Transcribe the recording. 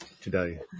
today